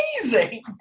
amazing